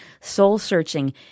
soul-searching